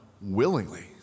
willingly